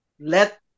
Let